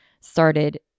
started